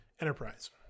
Enterprise